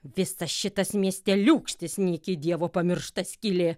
visas šitas miesteliūkštis nyki dievo pamiršta skylė